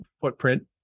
footprint